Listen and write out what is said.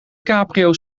caprio